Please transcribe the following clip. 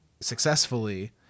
successfully